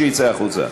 שיצא החוצה.